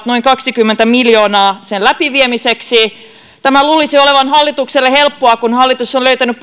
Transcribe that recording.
noin kaksikymmentä miljoonaa sen läpiviemiseksi tämän luulisi olevan hallitukselle helppoa kun hallitus on löytänyt